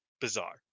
Bizarre